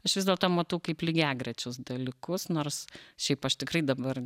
aš vis dėlto matau kaip lygiagrečius dalykus nors šiaip aš tikrai dabar